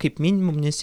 kaip minimum nesi